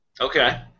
Okay